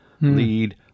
lead